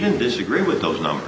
didn't disagree with those numbers